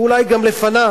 אולי גם לפניו,